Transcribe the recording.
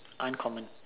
uncommon